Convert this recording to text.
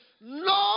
no